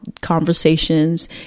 conversations